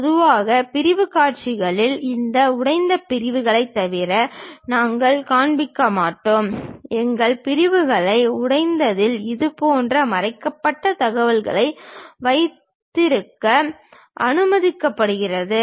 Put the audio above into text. பொதுவாக பிரிவுக் காட்சிகளில் இந்த உடைந்த பிரிவுகளைத் தவிர நாங்கள் காண்பிக்க மாட்டோம் எங்கள் பிரிவுகளை உடைத்ததில் இது போன்ற மறைக்கப்பட்ட தகவல்களை வைத்திருக்க அனுமதிக்கப்படுகிறது